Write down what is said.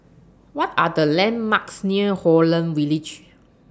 What Are The landmarks near Holland Village